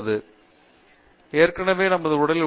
பேராசிரியர் பிரதாப் ஹரிதாஸ் ஏற்கனவே நமது உடலில் உள்ளது